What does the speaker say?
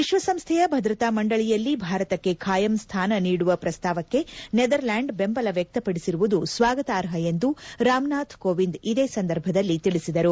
ವಿಶ್ವಸಂಸ್ಥೆಯ ಭದ್ರತಾ ಮಂಡಳಿಯಲ್ಲಿ ಭಾರತಕ್ಕೆ ಕಾಯಂ ಸ್ಥಾನ ನೀಡುವ ಪ್ರಸ್ತಾವಕ್ಕೆ ನೆದರ್ಲೆಂಡ್ ಬೆಂಬಲ ವ್ಯಕ್ತಪಡಿಸಿರುವುದು ಸ್ವಾಗತಾರ್ಪ ಎಂದು ರಾಮನಾಥ್ ಕೋವಿಂದ್ ಇದೇ ಸಂದರ್ಭದಲ್ಲಿ ತಿಳಿಸಿದರು